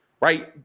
Right